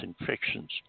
infections